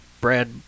Brad